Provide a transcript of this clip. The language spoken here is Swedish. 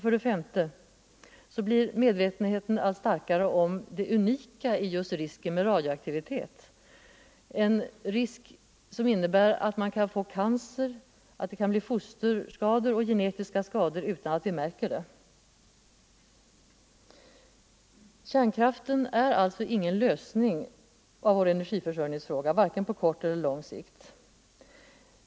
För det femte blir medvetenheten allt starkare om det unika i riskerna med radioaktivitet. Det finns stor fara för att radioaktiviteten åstadkommer cancer och fosterskador och genetiska skador utan att vi märker det. Kärnkraften är alltså ingen lösning av vår energiförsörjningsfråga, varken på kort eller lång sikt.